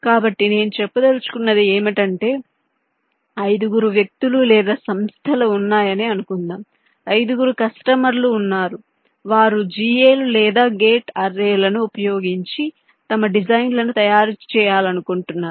కాబట్టి నేను చెప్పదలచుకున్నది ఏమిటంటే ఐదుగురు వ్యక్తులు లేదా సంస్థలు ఉన్నాయని అనుకుందాం ఐదుగురు కస్టమర్లు ఉన్నారు వారు GA లు లేదా గేట్ అర్రేలను ఉపయోగించి తమ డిజైన్లను తయారు చేయాలనుకుంటున్నారు